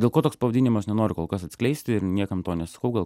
dėl ko toks pavadinimas nenoriu kol kas atskleisti ir niekam to nesakau gal